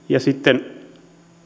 ja sitten